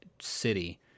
city